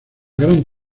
gran